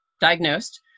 diagnosed